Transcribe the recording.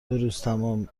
دوروزتمام